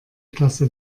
klasse